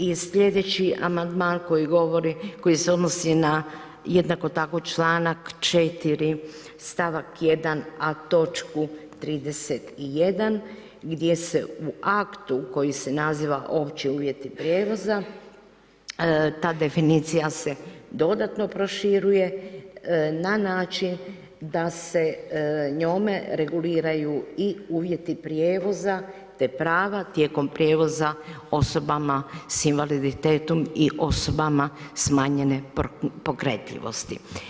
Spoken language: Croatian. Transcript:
I sljedeći amandman koji se odnosi na jednako tako članak 4. stavak 2., a točku 31. gdje se u aktu koji se naziva opći uvjeti prijevoza ta definicija se dodatno proširuje na način da se njome reguliraju i uvjeti prijevoza te prava tijekom prijevoza osobama s invaliditetom i osobama smanjene pokretljivosti.